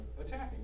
attacking